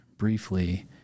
Briefly